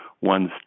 ones